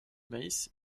maïs